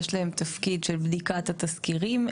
יש להם תפקיד של בדיקת התזכירים.